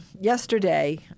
Yesterday